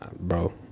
Bro